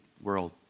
world